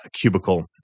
cubicle